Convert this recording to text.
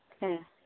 ᱦᱮᱸ